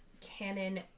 Canon